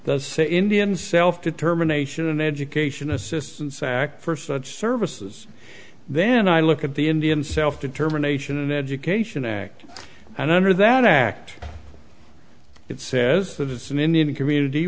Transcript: the say indian self determination and education assistance act for such services then i look at the indian self determination education act and under that act it says that it's an indian community